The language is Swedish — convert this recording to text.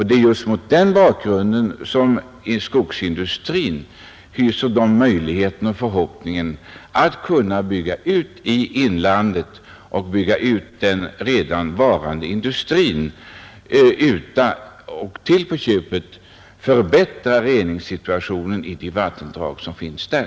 Det är just mot den bakgrunden som skogsindustrin hyser förhoppningen att kunna bygga ut den redan varande industrin i inlandet och till på köpet förbättra reningssituationen i de vattendrag som finns där.